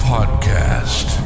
Podcast